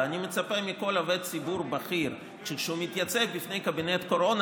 ואני מצפה מכל עובד ציבור בכיר שכשהוא מתייצב בפני קבינט קורונה,